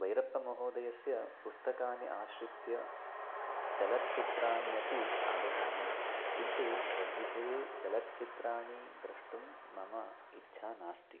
बैरप्पमहोदयस्य पुस्तकानि आश्रित्य चलच्चित्राणि अपि आगतानि किन्तु तद्विषये चलच्चित्राणि द्रष्टुं मम इच्छा नास्ति